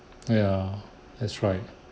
ya that's right